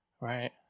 right